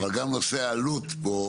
אבל גם נושא העלות פה,